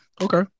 Okay